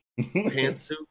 pantsuit